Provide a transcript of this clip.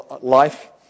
life